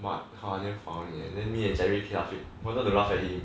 what higher founding then jerry and me keep laughing at him why don't you laugh at him